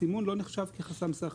הסימון לא נחשב כחסם סחר.